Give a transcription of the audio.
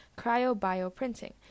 cryobioprinting